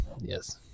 Yes